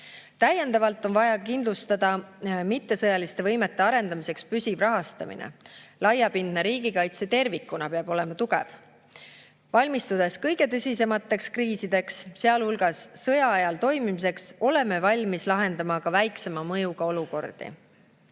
Täiendavalt on vaja kindlustada mittesõjaliste võimete arendamiseks püsiv rahastamine. Laiapindne riigikaitse tervikuna peab olema tugev. Valmistudes kõige tõsisemateks kriisideks, sealhulgas sõjaajal toimimiseks, oleme valmis lahendama ka väiksema mõjuga olukordi.